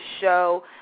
show